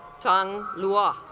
jang boo-ah